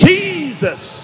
Jesus